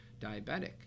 diabetic